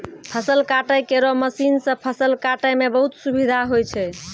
फसल काटै केरो मसीन सँ फसल काटै म बहुत सुबिधा होय छै